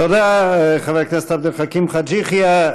תודה, חבר הכנסת עבד אל חכים חאג' יחיא.